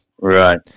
Right